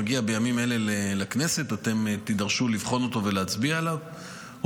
הוא מגיע בימים אלה לכנסת ואתם תידרשו לבחון אותו ולהצביע עליו,